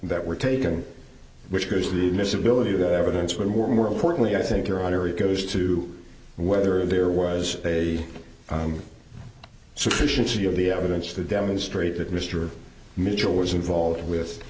that were taken which goes to the admissibility of that evidence when more and more importantly i think your honor it goes to whether there was a i'm sufficiently of the evidence to demonstrate that mr mitchell was involved with